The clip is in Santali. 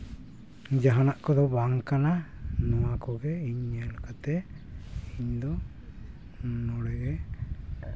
ᱡᱟᱦᱟᱱᱟᱜ ᱠᱚᱫᱚ ᱵᱟᱝ ᱠᱟᱱᱟ ᱱᱚᱣᱟ ᱠᱚᱜᱮ ᱤᱧ ᱧᱮᱞ ᱠᱟᱛᱮᱫ ᱤᱧᱫᱚ ᱱᱚᱰᱮᱜᱮ